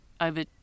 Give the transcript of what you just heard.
over